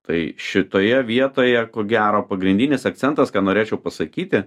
tai šitoje vietoje ko gero pagrindinis akcentas ką norėčiau pasakyti